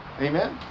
Amen